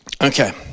okay